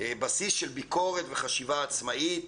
בסיס לביקורת וחשיבה עצמאית,